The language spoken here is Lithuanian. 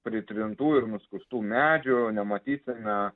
pritrintų ir nuskustų medžių nematysime